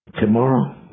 Tomorrow